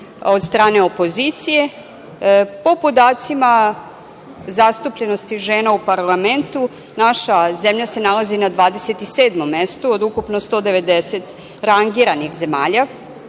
od strane opozicije, po podacima zastupljenosti žena u parlamentu, naša zemlja se nalazi na 27. mestu, od ukupno 190 rangiranih zemalja. Kada